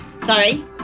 sorry